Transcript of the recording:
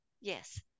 yes